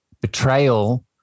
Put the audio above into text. betrayal